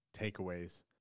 takeaways